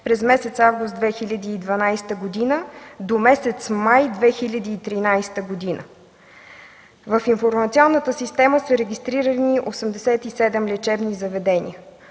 през месец август 2012 г. до месец май 2013 г. В информационната система са регистрирани 87 лечебни заведения.